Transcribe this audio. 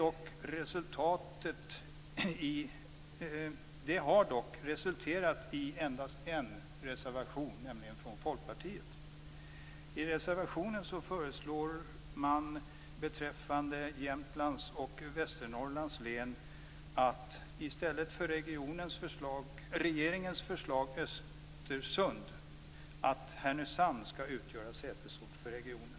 Detta har dock resulterat i endast en reservation, nämligen från Folkpartiet. I reservationen föreslår man beträffande Jämtlands och Västernorrlands län att i stället för regeringens förslag Östersund att Härnösand skall utgöra sätesort för regionen.